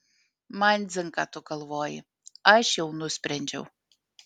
man dzin ką tu galvoji aš jau nusprendžiau